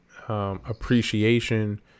Appreciation